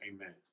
Amen